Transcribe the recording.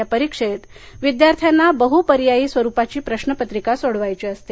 या परीक्षेत विद्यार्थ्यांना बहूपर्यायी स्वरुपाची प्रश्नपत्रिका सोडवायची असते